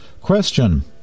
Question